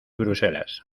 bruselas